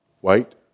White